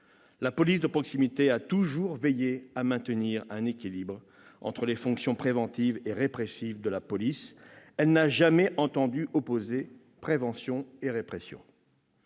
la police de proximité a toujours veillé à maintenir un équilibre entre les fonctions préventives et répressives de la police. Elle n'a jamais entendu opposer prévention et répression.